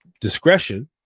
discretion